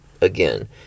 Again